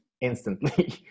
instantly